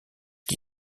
qui